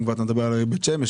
אם כבר אתה מדבר על העיר בית שמש?